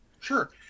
Sure